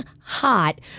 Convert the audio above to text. hot